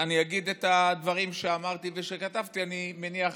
אני אגיד את הדברים שאמרתי ושכתבתי, אני מניח